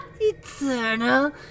eternal